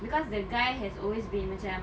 because the guy has always been macam